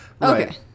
okay